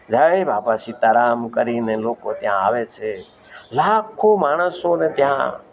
જય બાપા સીતારામ કરીને લોકો ત્યાં આવે છે લાખો માણસોને ત્યાં